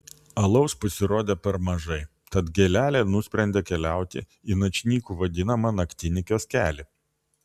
alaus pasirodė per mažai tad gėlelė nusprendė keliauti į načnyku vadinamą naktinį kioskelį